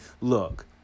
Look